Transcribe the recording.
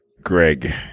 Greg